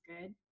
good